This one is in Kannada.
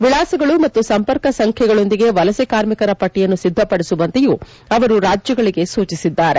ವಿಳಾಸಗಳು ಮತ್ತು ಸಂಪರ್ಕ ಸಂಖ್ಯೆಗಳೊಂದಿಗೆ ವಲಸೆ ಕಾರ್ಮಿಕರ ಪಟ್ಟಿಯನ್ನು ಸಿದ್ದಪಡಿಸುವಂತೆಯೂ ಅವರು ರಾಜ್ಯಗಳಿಗೆ ಸೂಚಿಸಿದ್ದಾರೆ